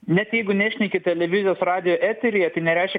net jeigu nešneki televizijos radijo eteryje tai nereiškia